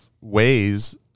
ways